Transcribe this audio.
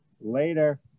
Later